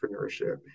entrepreneurship